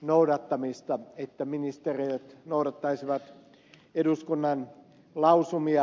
noudattamista että ministeriöt noudattaisivat eduskunnan lausumia